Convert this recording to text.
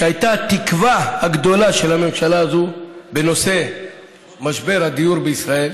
שהייתה התקווה הגדולה של הממשלה הזאת בנושא משבר הדיור בישראל,